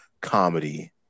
comedy